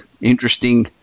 interesting